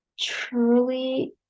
truly